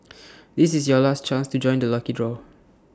this is your last chance to join the lucky draw